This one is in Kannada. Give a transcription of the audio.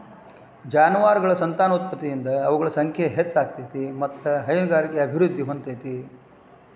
ಜಾನುವಾರಗಳ ಸಂತಾನೋತ್ಪತ್ತಿಯಿಂದ ಅವುಗಳ ಸಂಖ್ಯೆ ಹೆಚ್ಚ ಆಗ್ತೇತಿ ಮತ್ತ್ ಹೈನುಗಾರಿಕೆನು ಅಭಿವೃದ್ಧಿ ಹೊಂದತೇತಿ